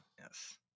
Yes